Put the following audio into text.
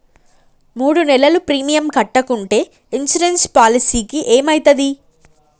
మూడు నెలలు ప్రీమియం కట్టకుంటే ఇన్సూరెన్స్ పాలసీకి ఏమైతది?